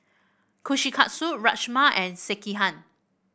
Kushikatsu Rajma and Sekihan